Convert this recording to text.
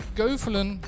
keuvelen